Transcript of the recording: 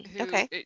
Okay